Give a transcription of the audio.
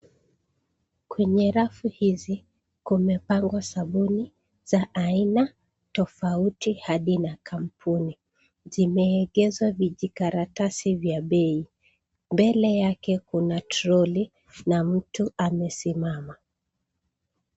Kwenye rafu hizi, kimepangwa sabuni za aina tofauti hadi na kampuni. Zimeegezwa vijikaratasi vya bei. Mbele yake kuna toroli na mtu amesimama